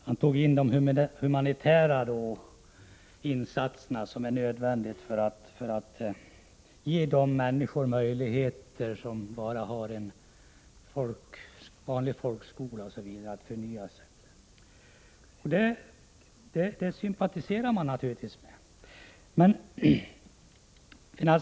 Han berörde de humanitära insatser som är nödvändiga för att ge möjligheter för de människor som bara gått i en vanlig folkskola att förnya sig. Det sympatiserar jag naturligtvis med.